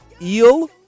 eel